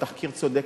התחקיר צודק,